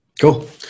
Cool